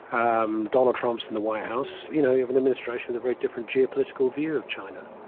um donald trump's in the white house. you know, you have an administration with a very different geopolitical view of china.